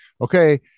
okay